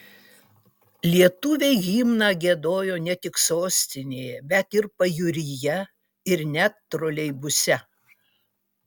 lietuviai himną giedojo ne tik sostinėje bet ir pajūryje ir net troleibuse